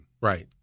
Right